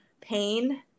pain